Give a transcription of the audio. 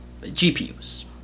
GPUs